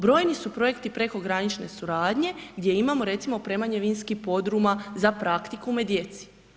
Brojni su projekti prekogranične suradnje gdje imamo recimo, opremanje vinskih podruma za praktikume djeci.